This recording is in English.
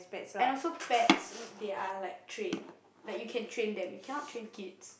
and also pets they are like trained like you can train them you cannot train kids